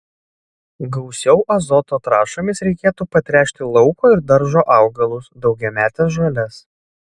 gausiau azoto trąšomis reikėtų patręšti lauko ir daržo augalus daugiametes žoles